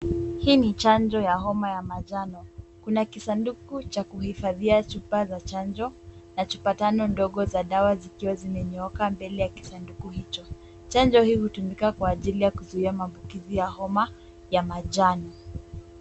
Hii ni chanjo ya homa ya manjano. Kuna kisanduku cha kuhifadhia chupa za chanjo na chupa tano ndogo za dawa zikiwa zimenyooka mbele ya kisanduku hicho. Chanjo hii hutumika kwa ajili ya kuzuia maambukizi ya homa ya manjano.